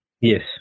Yes